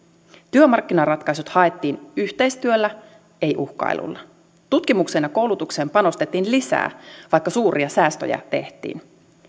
työmarkkinaratkaisut haettiin yhteistyöllä ei uhkailulla tutkimukseen ja koulutukseen panostettiin lisää vaikka suuria säästöjä tehtiin